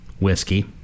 Whiskey